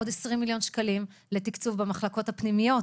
עוד 20 מיליון שקלים לתקצוב במחלקות הפנימיות